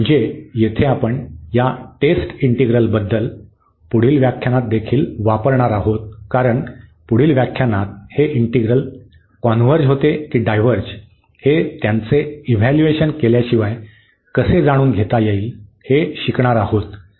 म्हणून येथे आपण या टेस्ट इंटिग्रलबद्दल पुढील व्याख्यानात देखील वापरणार आहोत कारण पुढील व्याख्यानात आपण हे इंटिग्रल कॉन्व्हर्ज होते की डायव्हर्ज हे त्यांचे इव्हॅल्यूएशन केल्याशिवाय कसे जाणून घेता येईल हे शिकणार आहोत